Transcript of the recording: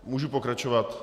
Můžu pokračovat?